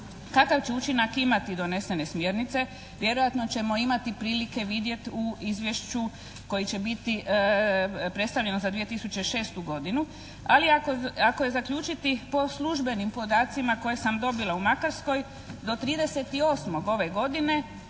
Kakav će učinak imati donesene smjernice vjerojatno ćemo imati prilike vidjet u izvješću koji će biti predstavljeno za 2006. godinu ali ako je zaključiti po službenim podacima koje sam dobila u Makarskoj do 30.8. ove godine